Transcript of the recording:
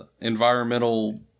environmental